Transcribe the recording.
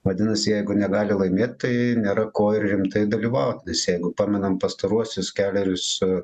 vadinasi jeigu negali laimėt tai nėra ko ir rimtai dalyvauti nes jeigu pamenam pastaruosius kelerius